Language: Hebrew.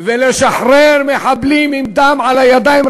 לשחרר מחבלים עם דם על הידיים,